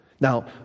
Now